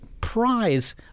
prize